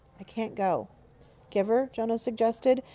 i can't go giver, jonas suggested,